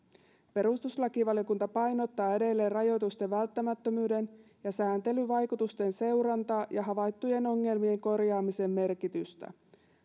perustuslakivaliokunta painottaa edelleen rajoitusten välttämättömyyden ja sääntelyn vaikutusten seurantaa ja havaittujen ongelmien korjaamisen merkitystä